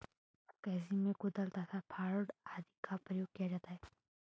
कृषि में कुदाल तथा फावड़ा आदि का प्रयोग भी किया जाता है